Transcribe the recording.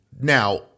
now